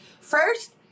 first